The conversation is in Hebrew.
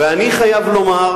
ואני חייב לומר